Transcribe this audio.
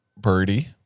Birdie